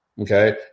Okay